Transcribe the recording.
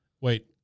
wait